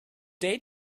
day